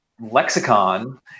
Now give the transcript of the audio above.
lexicon